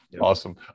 Awesome